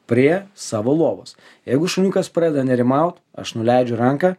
prie savo lovos jeigu šuniukas pradeda nerimaut aš nuleidžiu ranką